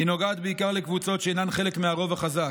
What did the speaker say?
הוא נוגע בעיקר לקבוצות שאינן חלק מהרוב החזק,